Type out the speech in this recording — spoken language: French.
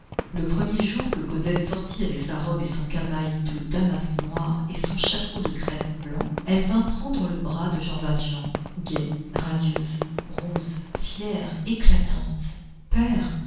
le premier jour que cosette sortit avec sa robe et son camail de damas noir et son chapeau de crêpe blanc elle vint prendre le bras de jean valjean gaie radieuse rose fière éclatante père